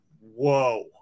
whoa